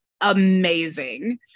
amazing